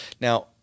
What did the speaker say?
Now